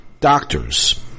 Doctors